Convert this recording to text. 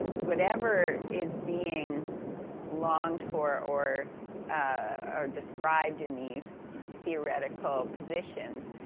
whatever is being longed for, or or described in these theoretical positions,